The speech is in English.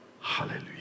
hallelujah